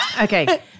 Okay